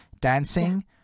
dancing